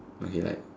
okay like